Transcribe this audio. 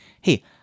hey